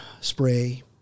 spray